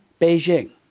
Beijing